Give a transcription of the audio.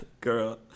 girl